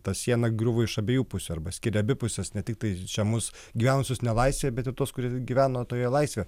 ta siena griuvo iš abiejų pusių arba skiria abi puses ne tiktai čia mus gyvenusius nelaisvėje bet ir tuos kurie gyveno toje laisvėje